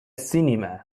السينما